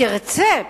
תרצה פחות?